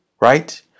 right